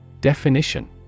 Definition